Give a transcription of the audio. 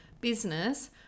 business